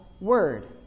Word